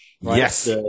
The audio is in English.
Yes